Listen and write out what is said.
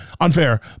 unfair